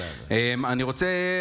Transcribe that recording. אני רוצה